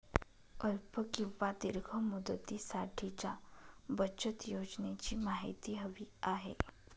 अल्प किंवा दीर्घ मुदतीसाठीच्या बचत योजनेची माहिती हवी आहे